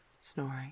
snoring